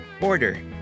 Order